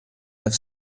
have